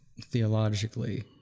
theologically